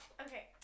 okay